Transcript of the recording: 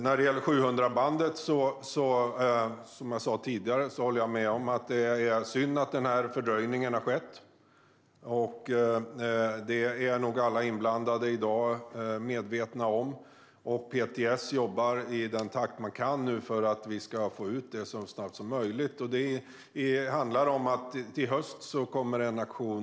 När det gäller 700-bandet är det, som jag sa tidigare, synd att fördröjningen har skett. Det är nog alla inblandade medvetna om i dag. PTS jobbar nu i den takt de kan för att vi ska få ut det så snart som möjligt. Det kommer en auktion i höst om 700-bandet.